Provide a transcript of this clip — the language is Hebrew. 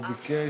הוא ביקש.